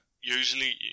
usually